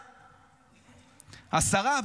השרה,